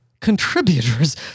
contributors